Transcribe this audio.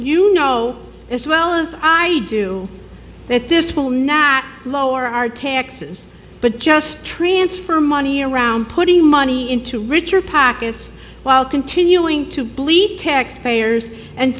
you know as well as i do that this will not lower our taxes but just transfer money around putting money into richer packets while continuing to bleed taxpayers and